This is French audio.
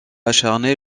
acharné